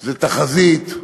זה תחזית,